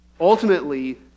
Ultimately